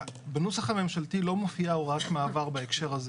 בנוסח הממשלתי לא מופיעה הוראת מעבר בהקשר הזה,